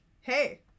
hey